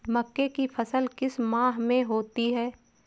मक्के की फसल किस माह में होती है?